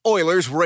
Oilers